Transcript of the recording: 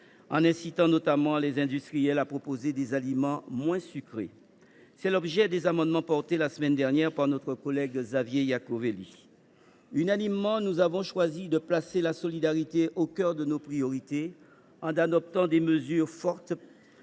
en incitant notamment les industriels à proposer des aliments moins sucrés. C’est l’objet des amendements qui ont été défendus la semaine dernière par notre collègue Xavier Iacovelli. Unanimement, nous avons choisi de placer la solidarité au cœur de nos priorités, en adoptant des mesures fortes,